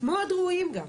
מאוד ראויים גם,